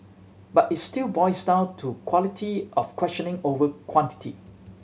but it still boils down to quality of questioning over quantity